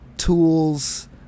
Tools